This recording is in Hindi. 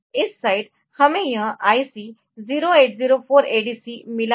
इस साइड हमें यह IC 0804 ADC मिला है